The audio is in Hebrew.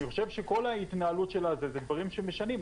אני חושב שכל ההתנהלות שלה זה דברים שמשנים,